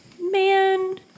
Man